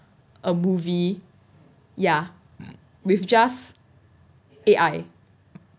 a movie ya with just A_I